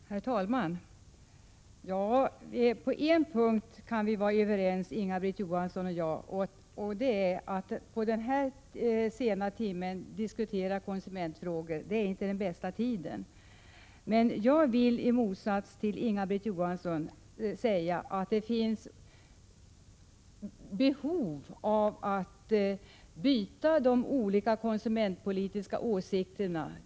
Herr talman! På en punkt kan vi vara överens, Inga-Britt Johansson och jag, nämligen att denna sena timme inte är den bästa tiden för att diskutera konsumentfrågor. Men jag vill, i motsats till henne, säga att det finns ett behov av att framföra de olika konsumentpolitiska åsikterna.